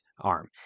arm